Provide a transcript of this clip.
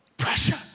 pressure